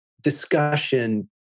discussion